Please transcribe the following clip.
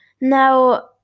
now